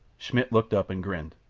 schmidt looked up and grinned.